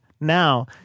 Now